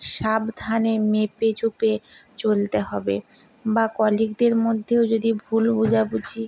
সাবধানে মেপেজুপে চলতে হবে বা কলিগদের মধ্যেও যদি ভুল বোঝাবুঝি